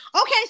okay